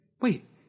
Wait